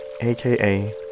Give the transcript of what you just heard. aka